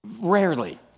rarely